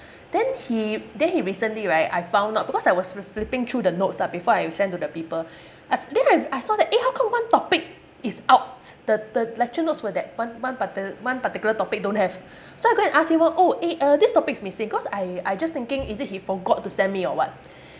then he then he recently right I found out because I was flipping through the notes lah before I send to that people af~ then I I saw that eh how come one topic is out the the lecture notes for that one one parti~ one particular topic don't have so I go and ask him mah oh eh uh this topic is missing cause I I just thinking is it he forgot to send me or what